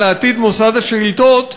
לעתיד מוסד השאילתות,